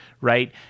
right